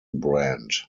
brand